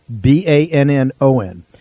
B-A-N-N-O-N